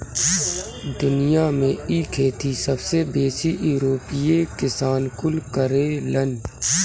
दुनिया में इ खेती सबसे बेसी यूरोपीय किसान कुल करेलन